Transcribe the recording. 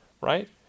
right